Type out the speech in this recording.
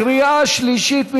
בקריאה שלישית.